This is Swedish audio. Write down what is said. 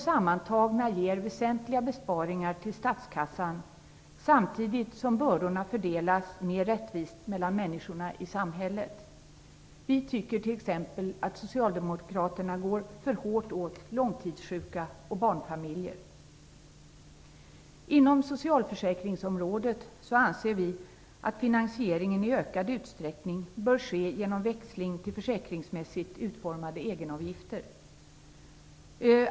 Sammantaget ger de väsentliga besparingar för statskassan samtidigt som bördorna fördelas mer rättvist mellan människorna i samhället. Vi tycker t.ex. att socialdemokraterna går för hårt åt långtidssjuka och barnfamiljer. Vi anser att finansieringen inom socialförsäkringsområdet i ökad utsträckning bör ske genom växling till försäkringsmässigt utformade egenavgifter.